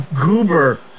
goober